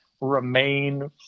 remain